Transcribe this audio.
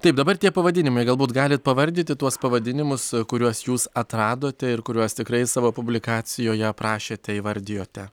taip dabar tie pavadinimai galbūt galit pavardyti tuos pavadinimus kuriuos jūs atradote ir kuriuos tikrai savo publikacijoje aprašėte įvardijote